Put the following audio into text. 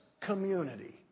community